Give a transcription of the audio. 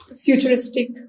futuristic